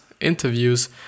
interviews